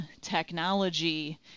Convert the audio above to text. technology